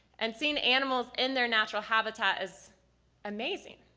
and seeing animals in their natural habitat is amazing!